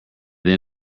then